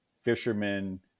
fishermen